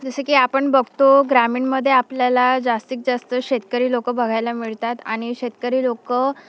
जसं की आपण बघतो ग्रामीणमध्ये आपल्याला जास्तीत जास्त शेतकरी लोक बघायला मिळतात आणि शेतकरी लोक